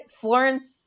Florence